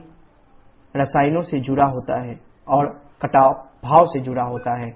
जंग रसायनों से जुड़ा होता है और कटाव भाप से जुड़ा होता है